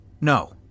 No